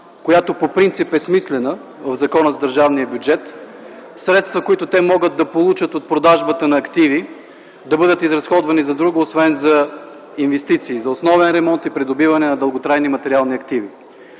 която по принцип е смислена, в Закона за държавния бюджет – средства, които те могат да получат от продажбата на активи да бъдат изразходвани за друго, освен за инвестиции – за основен ремонт и придобиване на дълготрайни материални активи.